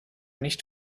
nicht